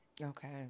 Okay